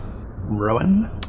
Rowan